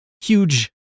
huge